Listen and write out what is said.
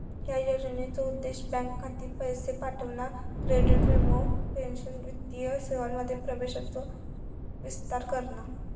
ह्या योजनेचो उद्देश बँक खाती, पैशे पाठवणा, क्रेडिट, वीमो, पेंशन वित्तीय सेवांमध्ये प्रवेशाचो विस्तार करणा